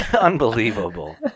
unbelievable